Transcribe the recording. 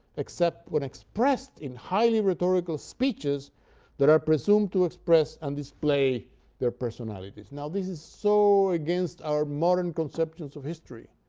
except when expressed in highly rhetorical speeches that are presumed to express and display their personalities. now, this is so against our modern conceptions of history